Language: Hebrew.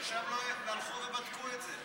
ששם הלכו ובדקו את זה.